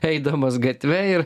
eidamas gatve ir